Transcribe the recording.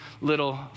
little